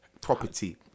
property